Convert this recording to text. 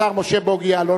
השר משה בוגי יעלון.